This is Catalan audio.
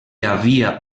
havia